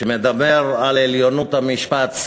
שמדבר על עליונות המשפט,